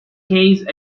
case